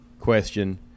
question